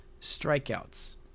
strikeouts